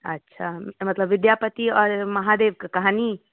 अच्छा मतलब विद्यापति आओर महादेवके कहानी